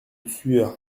sueur